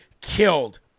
killed